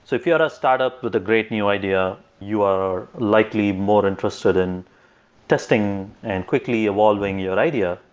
so if you're a startup with a great new idea, you are likely more interested in testing and quickly evolving your idea.